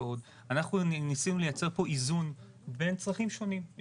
אנחנו ניסינו לייצר פה איזון בין צרכים שונים.